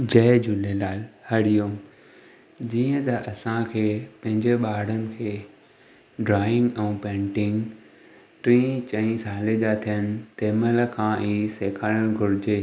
जय झूलेलाल हरीओम जीअं त असांखे पंहिंजे ॿारनि खे ड्राइंग ऐं पेंटिंग टीं चईं सालनि जा थियनि तंहिं महिल खां ई सेखारणु घुर्जे